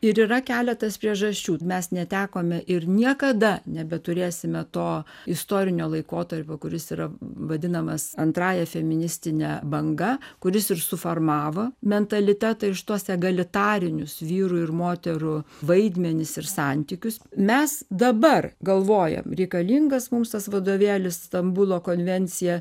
ir yra keletas priežasčių mes netekome ir niekada nebeturėsime to istorinio laikotarpio kuris yra vadinamas antrąja feministine banga kuris ir suformavo mentalitetą ir štuos egalitarinius vyrų ir moterų vaidmenis ir santykius mes dabar galvojam reikalingas mums tas vadovėlis stambulo konvencija